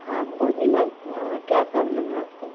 हाँ बोलिए ना एक बार क्या प्रॉब्लम है आपको